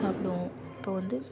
சாப்பிடுவோம் இப்போ வந்து